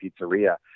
pizzeria